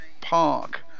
park